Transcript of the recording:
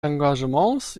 engagements